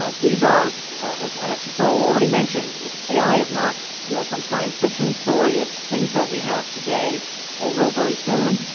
ah these are and actually so already mentioned is ai is not you know some science fiction story, it's things that we have today or will very soon.